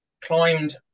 Climbed